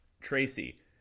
Tracy